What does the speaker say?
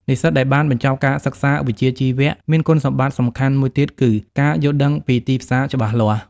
និស្សិតដែលបានបញ្ចប់ការសិក្សាវិជ្ជាជីវៈមានគុណសម្បត្តិសំខាន់មួយទៀតគឺ ការយល់ដឹងពីទីផ្សារច្បាស់លាស់។